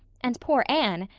and poor anne,